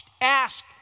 ask